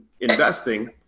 investing